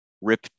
Rip